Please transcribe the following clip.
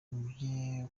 muge